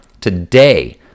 today